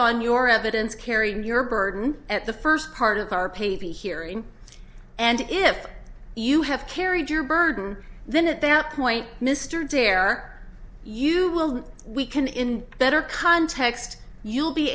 on your evidence carry your burden at the first part of our pay the here in and if you have carried your burden then at that point mr dare you will we can in a better context you'll be